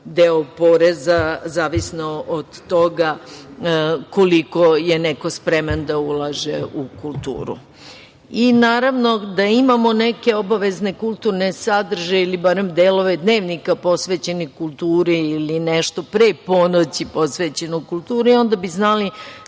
deo poreza zavisno od toga koliko je neko spreman da ulaže u kulturu. Naravno da imamo neke obavezne kulturne sadržaje ili barem delove dnevnika posvećenih kulturi ili nešto pre ponoći posvećeno kulturi, onda bi znali